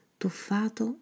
tuffato